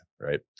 right